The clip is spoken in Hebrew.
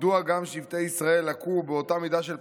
מדוע גם שבטי ישראל לקו באותה מידה של פלגנות?